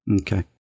Okay